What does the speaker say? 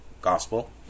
gospel